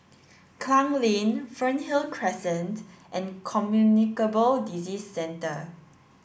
Klang Lane Fernhill Crescent and Communicable Disease Centre